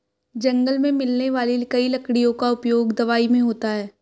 जंगल मे मिलने वाली कई लकड़ियों का उपयोग दवाई मे होता है